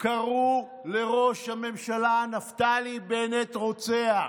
קראו לראש הממשלה נפתלי בנט "רוצח".